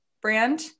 brand